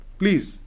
please